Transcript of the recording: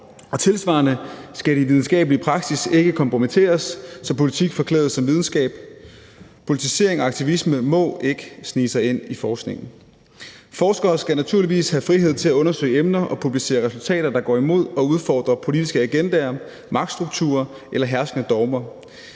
Tilsvarende skal den videnskabelige praksis ikke kompromitteres, så politik forklædes som videnskab. Politisering og aktivisme må ikke snige sig ind i forskningen. Forskere skal naturligvis have frihed til at undersøge emner og publicere resultater, der går imod og udfordrer politiske agendaer, magtstrukturer eller herskende dogmer.